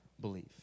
belief